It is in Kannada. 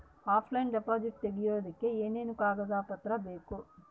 ಆಫ್ಲೈನ್ ಡಿಪಾಸಿಟ್ ತೆಗಿಯೋದಕ್ಕೆ ಏನೇನು ಕಾಗದ ಪತ್ರ ಬೇಕು?